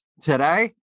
Today